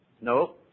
No